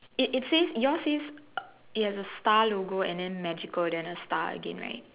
it it says yours say it has a star logo and then magical then a star again right